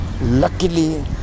luckily